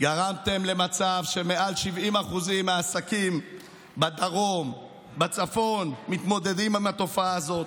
גרמתם למצב שבו מעל 70% מהעסקים בדרום ובצפון מתמודדים עם תופעה זו.